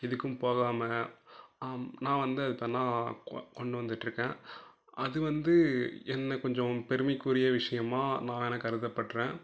இதுக்கும் போகாமல் நான் வந்து அதுக்கு தன்னா கொ கொண்டு வந்துட்டு இருக்கேன் அது வந்து என்னைக் கொஞ்சம் பெருமைக்குரிய விஷயமா நான் எனக்கு கருதப்படுறேன்